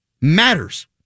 matters